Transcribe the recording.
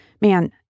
Man